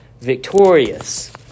victorious